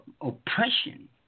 Oppression